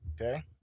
Okay